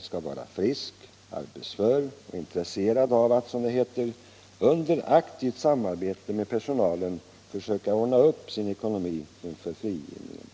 skall vara frisk, arbetsför och intresserad av att, som det heter, under aktivt samarbete med personalen försöka ordna upp sin ekonomi inför frigivningen.